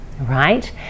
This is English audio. right